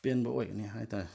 ꯄꯦꯟꯕ ꯑꯣꯏꯒꯅꯤ ꯍꯥꯏ ꯇꯥꯔꯦ